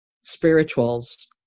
spirituals